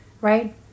right